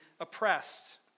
oppressed